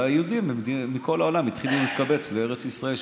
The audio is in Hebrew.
והיהודים מכל העולם התחילו להתקבץ לארץ ישראל.